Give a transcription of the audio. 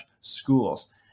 schools